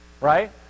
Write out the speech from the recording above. right